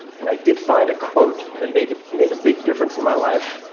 and i did find a quote that made made a big difference in my life,